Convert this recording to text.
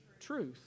Truth